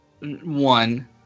one